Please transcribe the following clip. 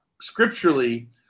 scripturally